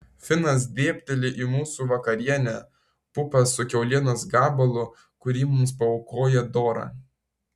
finas dėbteli į mūsų vakarienę pupas su kiaulienos gabalu kurį mums paaukojo dora